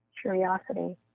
curiosity